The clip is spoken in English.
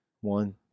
one